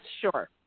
sure